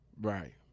Right